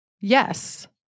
Yes